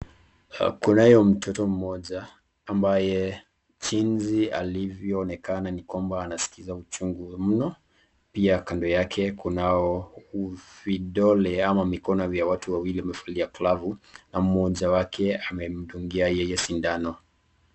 Kunayo mtoto mmoja ambaye jinsi alivyonekana ni kwamba anaskiza uchungu mno. Pia kando yake kunao vidole ama mikono ya watu wawili wamevalia glavu, na mmoja wake amemdungia yeye sindano.